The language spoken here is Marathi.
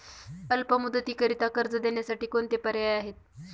अल्प मुदतीकरीता कर्ज देण्यासाठी कोणते पर्याय आहेत?